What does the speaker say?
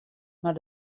mar